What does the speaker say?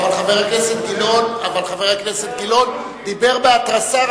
אבל חבר הכנסת גילאון דיבר בהתרסה.